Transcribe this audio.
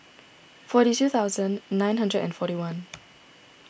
forty two thousand nine hundred and forty one